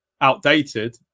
outdated